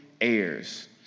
heirs